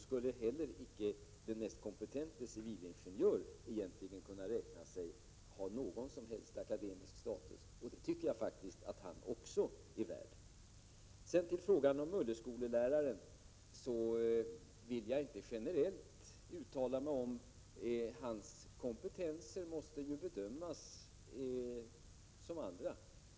Icke heller den mest kompetente civilingenjör skulle då egentligen kunna räkna sig ha någon som helst akademisk status. Det tycker jag att han är värd. När det gäller frågan om mulleskoleläraren vill jag inte uttala mig generellt. Den lärarens kompetens måste ju bedömas som andras.